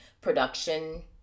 production